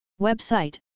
Website